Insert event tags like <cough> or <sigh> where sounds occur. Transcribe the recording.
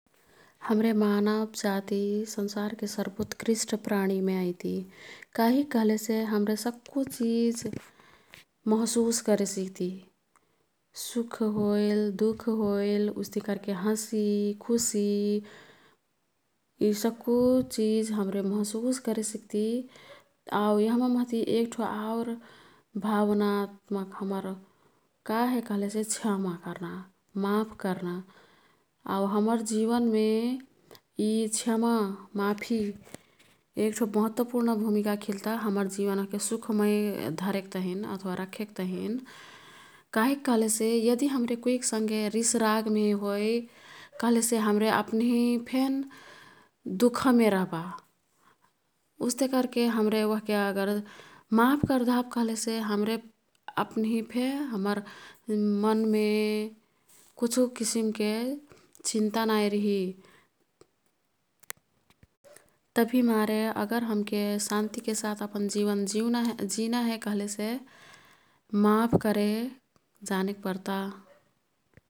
हमरे मानवजाति संसारके सर्वोत्कृट प्राणीमे अईती। कहिक कह्लेसे हमरे सक्कु चिज महशुस करे सिक्ति। सुख होईल, दुख होइल उस्तिही कर्के हँसि, खुशी यी सक्कु चिज हाम्रे महशुस करे सिक्ति। आउ यह्मा मह्ती एक्ठो आउर भावनात्मक हमर का हे कह्लेसे क्षमा कर्ना, माफ कर्ना। आउ हम्मर जीवन मे यी क्षमा, माफी एक्ठो महत्वपूर्ण भूमिका खिल्ता। हम्मर जीवन ओह्के सुखमय धरेक तहिन अथवा रखेक तहिन। कहिक कह्लेसे यदि हाम्रे कुईक् संगे रिस, रागमे होई कह्लेसे हाम्रे अप्निहीफेन दुखमे रह्बा। उस्तेकर्के हाम्रे ओह्के अगर माफ कार् दहब कह्लेसे हाम्रे अप्निहीफे, हमर मन् मे कुछु किसिमके चिन्ता नाई रिही। तभिमारे अगर हमके शान्तिके साथ अपन जीवन <unintelligible> जिना हे कह्लेसे माफ करे जानेक पर्ता।